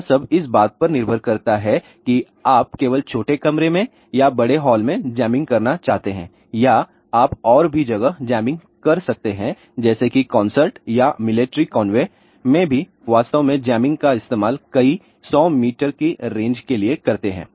यह सब इस बात पर निर्भर करता है कि आप केवल छोटे कमरे में या बड़े हॉल में जैमिंग करना चाहते हैं या आप और भी जगह जैमिंग कर सकते हैं जैसे कि कॉन्सर्ट या मिलिट्री कन्वे में भी वे वास्तव में जैमिंग का इस्तेमाल कई 100 मीटर की रेंज के लिए करते है